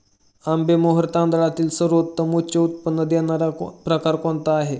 आंबेमोहोर तांदळातील सर्वोत्तम उच्च उत्पन्न देणारा प्रकार कोणता आहे?